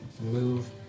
move